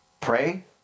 Pray